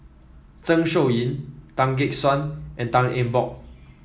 Zeng Shouyin Tan Gek Suan and Tan Eng Bock